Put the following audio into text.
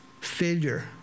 failure